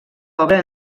obra